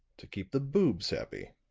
to keep the boobs happy.